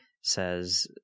says